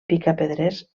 picapedrers